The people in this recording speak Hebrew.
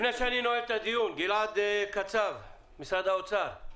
לפני שאני נועל את הדיון גלעד קצב, משרד האוצר.